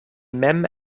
mem